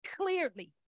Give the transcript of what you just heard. clearly